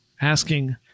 asking